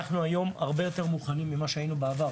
היום אנחנו הרבה יותר מוכנים ממה שהיינו בעבר,